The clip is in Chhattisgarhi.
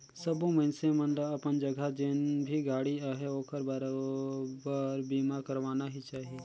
सबो मइनसे मन ल अपन जघा जेन भी गाड़ी अहे ओखर बरोबर बीमा करवाना ही चाही